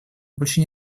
больше